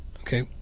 Okay